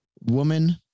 woman